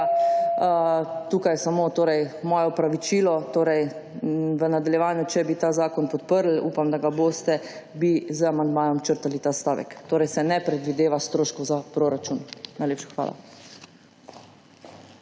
tukaj samo torej moje opravičilo, torej v nadaljevanju, če bi ta zakon podprli, upam da ga boste, bi z amandmajem črtali ta stavek. Torej se ne predvideva stroškov za proračun. Najlepša hvala.